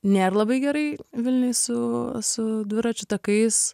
nėr labai gerai vilniuj su su dviračių takais